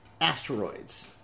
Asteroids